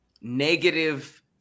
negative